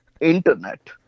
internet